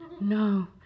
No